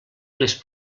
les